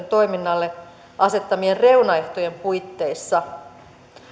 toiminnalle asettamien reunaehtojen puitteissa